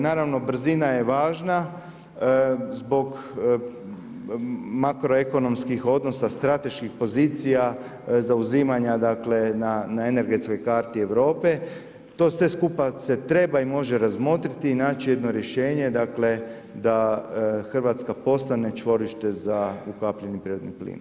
Naravno brzina je važna, zbog makroekonomskih odnosa, strateških pozicija, zauzimanja dakle, na energetskoj karti Europe, to sve skupa se treba i može razmotriti i naći jedno rješenje, dakle, da Hrvatska postane čvorište za … prirodni plin.